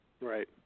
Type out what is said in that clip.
Right